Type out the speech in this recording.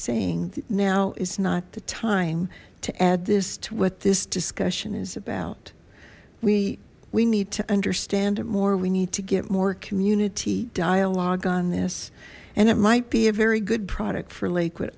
saying now is not the time to add this to what this discussion is about we we need to understand it more we need to get more community dialogue on this and it might be a very good product for lakewood